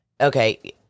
okay